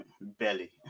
Belly